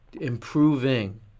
improving